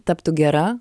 taptų gera